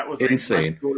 insane